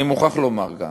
אני מוכרח לומר גם